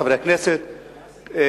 חברי הכנסת,